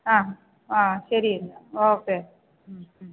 ആ ആ ശരി ഓക്കെ ഉം ഉം